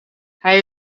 hij